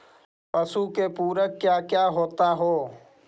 पशु के पुरक क्या क्या होता हो?